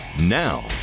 now